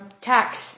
tax